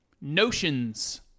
notions